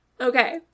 Okay